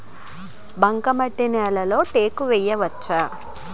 బంకమట్టి నేలలో టేకు వేయవచ్చా?